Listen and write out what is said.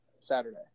Saturday